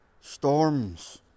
Storms